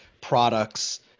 products